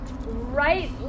right